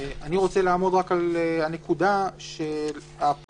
אני רוצה לעמוד רק על הנקודה של הפער.